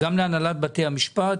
גם להנהלת בתי המשפט,